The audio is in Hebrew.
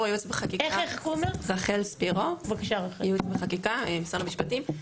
כן, רחל ספירו, ייעוץ וחקיקה, משרד המשפטים.